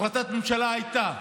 החלטת ממשלה הייתה,